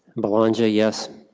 belongia, yes.